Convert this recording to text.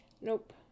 Nope